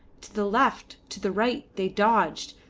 to the left, to the right they dodged,